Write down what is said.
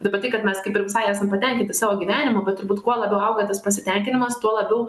nu bet tai kad mes kaip ir visai esam patenkinti savo gyvenimu bet turbūt kuo labiau auga tas pasitenkinimas tuo labiau